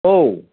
औ